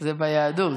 זה ביהדות.